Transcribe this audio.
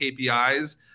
KPIs